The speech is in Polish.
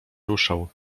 ruszał